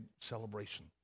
celebration